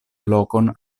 lokon